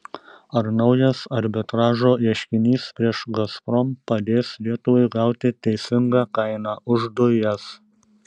ar naujas arbitražo ieškinys prieš gazprom padės lietuvai gauti teisingą kainą už dujas